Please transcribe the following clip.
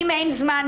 אם אין זמן,